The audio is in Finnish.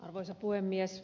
arvoisa puhemies